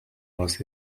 was